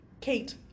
kate